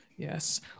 Yes